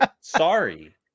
Sorry